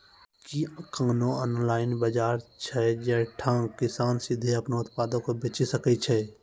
कि कोनो ऑनलाइन बजार छै जैठां किसान सीधे अपनो उत्पादो के बेची सकै छै?